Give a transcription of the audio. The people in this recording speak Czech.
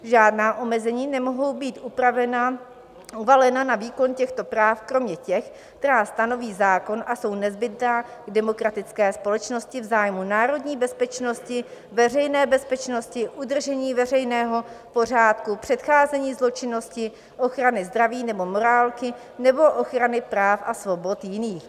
Žádná omezení nemohou být uvalena na výkon těchto práv kromě těch, která stanoví zákon a jsou nezbytná v demokratické společnosti v zájmu národní bezpečnosti, veřejné bezpečnosti, udržení veřejného pořádku, předcházení zločinnosti, ochrany zdraví nebo morálky, nebo ochrany práv a svobod jiných.